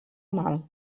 mal